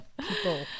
people